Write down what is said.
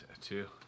Two